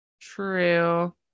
True